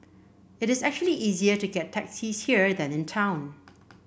it is actually easier to get taxis here than in town